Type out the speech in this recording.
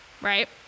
right